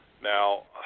Now